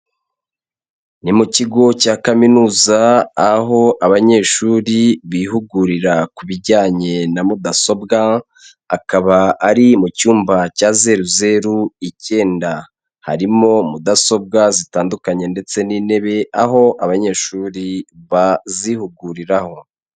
Ni mu kigo cya kaminuza aho abanyeshuri bihugurira ku bijyanye na mudasobwa, akaba ari mu cyumba cya zeru zeru icyenda, harimo mudasobwa zitandukanye ndetse n'intebe, aho abanyeshuri bazihuguriraho.